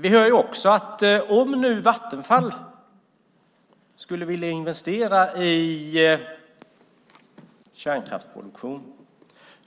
Vi hör också att om Vattenfall skulle vilja investera i kärnkraftsproduktion